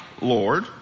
Lord